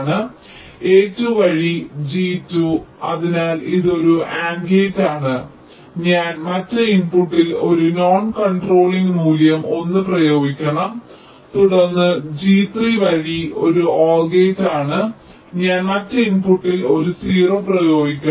a2 വഴി G2 അതിനാൽ ഇതൊരു AND ഗേറ്റ് ആണ് അതിനാൽ ഞാൻ മറ്റ് ഇൻപുട്ടിൽ ഒരു നോൺ കൺട്രോളിംഗ് മൂല്യം 1 പ്രയോഗിക്കണം തുടർന്ന് G3 വഴി ഒരു OR ഗേറ്റ് ആണ് ഞാൻ മറ്റ് ഇൻപുട്ടിൽ ഒരു 0 പ്രയോഗിക്കണം